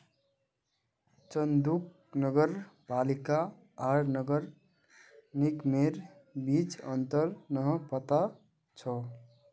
चंदूक नगर पालिका आर नगर निगमेर बीच अंतर नइ पता छ